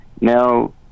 Now